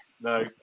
no